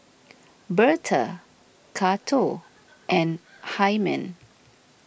Bertha Cato and Hyman